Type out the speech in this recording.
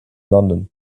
london